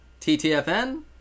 ttfn